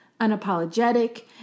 unapologetic